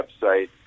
website